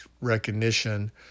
recognition